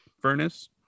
furnace